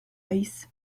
dice